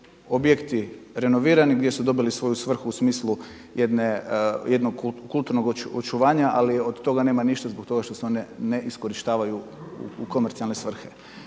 objekti renovirani, gdje su dobili svoju svrhu u smislu jednog kulturnog očuvanja ali od toga nema ništa zbog toga što se one ne iskorištavaju u komercijalne svrhe.